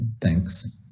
thanks